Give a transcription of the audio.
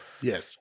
Yes